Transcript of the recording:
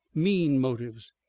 mean motives.